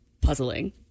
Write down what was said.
puzzling